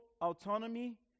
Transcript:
autonomy